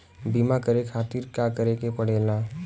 बीमा करे खातिर का करे के पड़ेला?